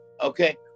okay